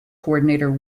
coordinator